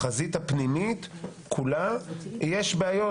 בחזית הפנימית כולה יש בעיות.